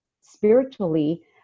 spiritually